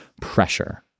pressure